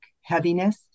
heaviness